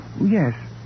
Yes